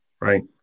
right